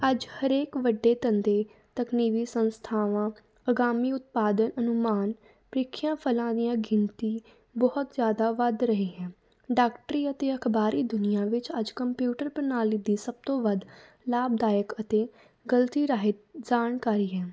ਅੱਜ ਹਰੇਕ ਵੱਡੇ ਧੰਦੇ ਤਕਨੀਕੀ ਸੰਸਥਾਵਾਂ ਅਗਾਮੀ ਉਤਪਾਦਨ ਅਨੁਮਾਨ ਪ੍ਰੀਖਿਆ ਫਲਾਂ ਦੀਆਂ ਗਿਣਤੀ ਬਹੁਤ ਜ਼ਿਆਦਾ ਵੱਧ ਰਹੀ ਹੈ ਡਾਕਟਰੀ ਅਤੇ ਅਖ਼ਬਾਰੀ ਦੁਨੀਆਂ ਵਿੱਚ ਅੱਜ ਕੰਪਿਊਟਰ ਪ੍ਰਣਾਲੀ ਦੀ ਸਭ ਤੋਂ ਵੱਧ ਲਾਭਦਾਇਕ ਅਤੇ ਗ਼ਲਤੀ ਰਹਿਤ ਜਾਣਕਾਰੀ ਹੈ